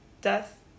death